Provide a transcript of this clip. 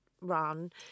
run